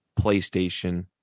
PlayStation